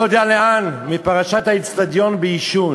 בן הינום ולא יודע לאן מפרשת האיצטדיון בעישון.